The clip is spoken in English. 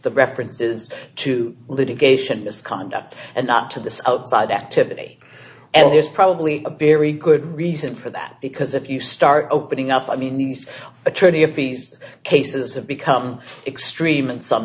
the references to litigation misconduct and not to this outside activity and there's probably a very good reason for that because if you start opening up i mean these attorney of these cases have become extreme and some